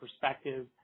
perspective